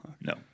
No